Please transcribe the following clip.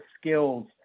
skills